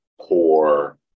poor